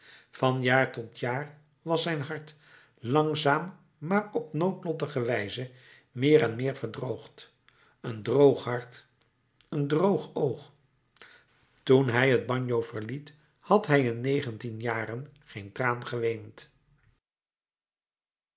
van jaar tot jaar was zijn hart langzaam maar op noodlottige wijze meer en meer verdroogd een droog hart een droog oog toen hij het bagno verliet had hij in negentien jaren geen traan geweend